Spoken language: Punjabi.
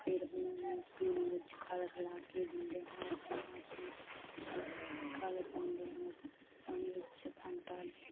ਫਿਰ ਉਹਨਾਂ ਨੂੰ ਤੂੜੀ ਵਿੱਚ ਖਲ ਰਲਾ ਕੇ ਦਿੰਦੇ ਹਾਂ ਪਹਿਲਾਂ ਅਸੀਂ ਖਲ ਖਲ਼ ਪਾਉਂਦੇ ਹਾਂ ਪਾਣੀ ਵਿੱਚ ਘੰਟਾ